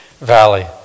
Valley